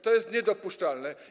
To jest niedopuszczalne.